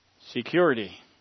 Security